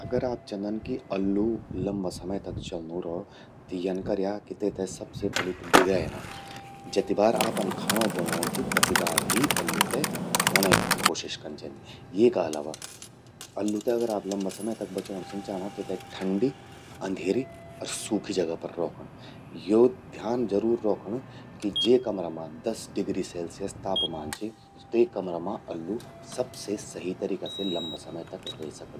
अगर आप चंदन कि अल्लू लंबा समय तक चल्लू रौं, त यन कर्या कि तेते सबसे पलि त भिगाया ना। जति बार आपना खाणो बणौण, तति बार ही तेते ध्वोणे कोशिश कन चेंदि। येका अलावा अल्लू ते आप लंबा समय तक बचौण छिन चाणा त त तेते ठंडी, अधेरी अर सूखी जगा पर रौखण। यो ध्न रौखण कि जे कमरा मां दस डिग्री सेल्सियस तापमान चि, ते कमरा मां अल्लू सबसे सही तरीका से लंबा समय तक रे सकद।